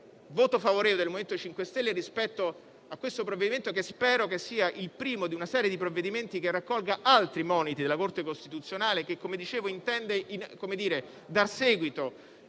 voto favorevole del MoVimento 5 Stelle a questo provvedimento, che spero sia il primo di una serie di misure che raccolgano altri moniti della Corte costituzionale, che intende dar seguito